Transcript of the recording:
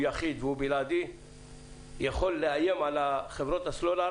יחיד ובלעדי יכול לאיים על חברות הסלולר